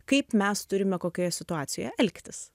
kaip mes turime kokioje situacijoje elgtis